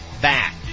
back